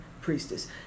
priestess